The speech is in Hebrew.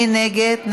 מי נגד?